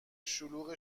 شلوغ